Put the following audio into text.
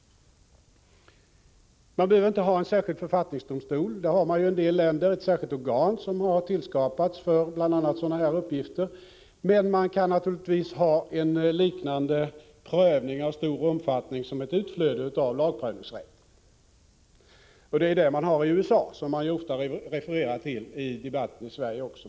Man behöver inte ha en särskild författningsdomstol — i en del länder har man ett särskilt organ som har tillskapats för bl.a. sådana uppgifter — men man kan naturligtvis ha en liknande prövning av stor omfattning som ett utflöde av lagprövningsrätten. Det har man i USA, som man ofta refererar tilli debatten även i Sverige.